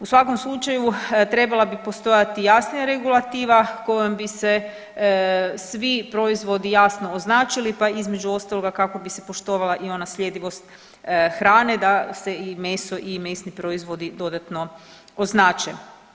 U svakom slučaju trebala bi postojati jasnija regulativa kojom bi se svi proizvodi jasno označili, pa između ostaloga kako bi se poštovala i ona sljedivost hrane da se i meso i mesni proizvodi dodatno označe.